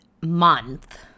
month